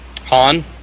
Han